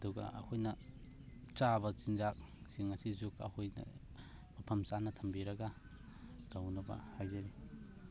ꯑꯗꯨꯒ ꯑꯩꯈꯣꯏꯅ ꯆꯥꯕ ꯆꯤꯟꯖꯥꯛꯁꯤꯡ ꯑꯁꯤꯁꯨ ꯑꯩꯈꯣꯏꯅ ꯃꯐꯝ ꯆꯥꯅ ꯊꯝꯕꯤꯔꯒ ꯇꯧꯅꯕ ꯍꯥꯏꯖꯔꯤ